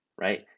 right